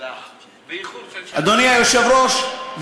אדוני היושב-ראש,